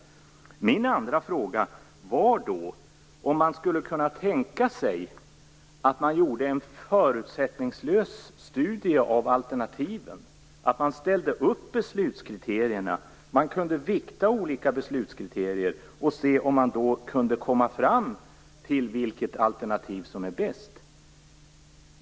Min andra fråga var om man skulle kunna tänka sig att göra en förutsättningslös studie av alternativen. Man skulle kunna ställa upp beslutskriterierna och vikta olika beslutskriterier och se om man kunde komma fram till vilket alternativ som är bäst.